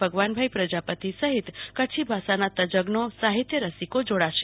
ભગવાનભાઈ પ્રજાપતિ સહીત કચ્છી ભાષાના તજજ્ઞો સાહિત્ય રસિકો જોડાશે